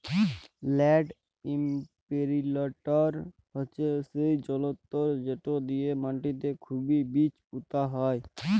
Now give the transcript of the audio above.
land ইমপিরিলটর হছে সেই জলতর্ যেট দিঁয়ে মাটিতে খুবই বীজ পুঁতা হয়